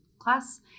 class